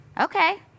Okay